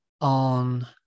on